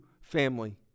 family